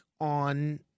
on